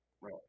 Right